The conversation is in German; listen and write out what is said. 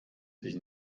sich